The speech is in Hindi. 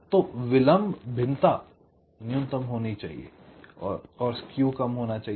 तो विलंब भिन्नता न्यूनतम होनी चाहिए और स्केव कम होना चाहिए